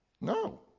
No